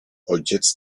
ojciec